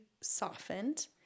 softened